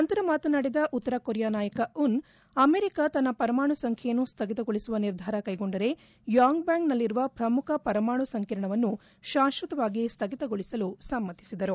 ನಂತರ ಮಾತನಾಡಿದ ಉತ್ತರ ಕೊರಿಯಾ ನಾಯಕ ಉನ್ ಅಮೆರಿಕ ತನ್ನ ಪರಮಾಣು ಸಂಖ್ಯೆಯನ್ನು ಸ್ಹಗಿತಗೊಳಿಸುವ ನಿರ್ಧಾರ ಕೈಗೊಂಡರೆ ಯಾಂಗ್ಬ್ಯಾಂಗ್ನಲ್ಲಿರುವ ಪ್ರಮುಖ ಪರಮಾಣು ಸಂಕೀರಣವನ್ನು ಶಾಕ್ಷತವಾಗಿ ಸ್ಥಗಿತಗೊಳಿಸಲು ಸಮತಿಸಿದರು